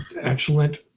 excellent